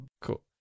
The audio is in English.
Cool